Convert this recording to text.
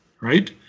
right